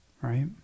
right